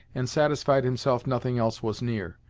and satisfied himself nothing else was near,